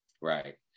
right